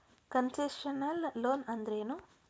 Concessional loan ಅಂದ್ರೇನು?